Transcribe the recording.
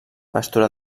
pastura